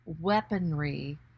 weaponry